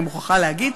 אני מוכרחה להגיד.